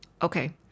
Okay